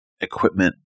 equipment